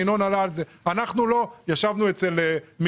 וינון עלה על זה: ישבנו אצל מירי,